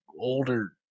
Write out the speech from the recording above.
older